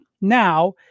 now